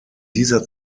dieser